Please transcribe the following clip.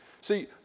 See